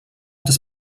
das